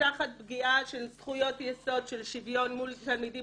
תחת פגיעה של זכויות יסוד של שוויון מול תלמידים